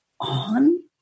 on